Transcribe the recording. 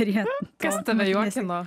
ir net kas tame juokino